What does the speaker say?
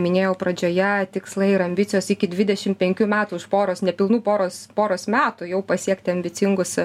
minėjau pradžioje tikslai ir ambicijos iki dvidešimt penkių metų už poros nepilnų poros poros metų jau pasiekti ambicingus